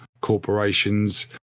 corporations